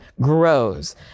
grows